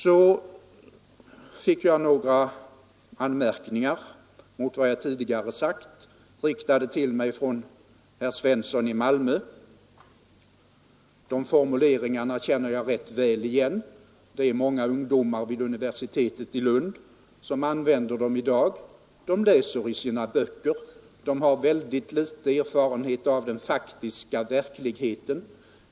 Så fick jag några anmärkningar mot vad jag tidigare sagt riktade till mig från herr Svensson i Malmö. De formuleringarna känner jag rätt väl igen. Många ungdomar vid universitetet i Lund använder dem i dag. De läser i sina böcker, men de har ytterst liten erfarenhet av den faktiska verkligheten.